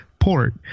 port